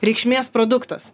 reikšmės produktas